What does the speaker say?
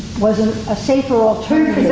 was a safer alternative.